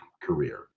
career